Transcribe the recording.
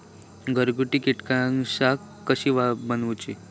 घरगुती कीटकनाशका कशी बनवूची?